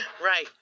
Right